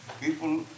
people